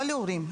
לא להורים,